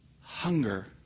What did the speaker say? hunger